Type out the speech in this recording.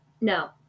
No